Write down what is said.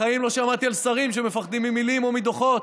בחיים לא שמעתי על שרים שמפחדים ממילים ומדוחות.